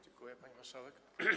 Dziękuję, pani marszałek.